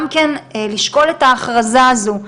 לשקול את ההכרזה הזו.